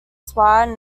swire